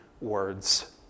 words